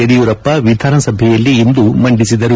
ಯಡಿಯೂರಪ್ಪ ವಿಧಾನಸಭೆಯಲ್ಲಿಂದು ಮಂಡಿಸಿದರು